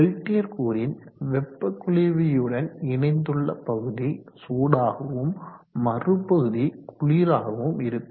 Peltier கூறின் வெப்ப குளிர்வியுடன் இணைந்துள்ள பகுதி சூடாகவும் மறு பகுதி குளிராகவும் இருக்கும்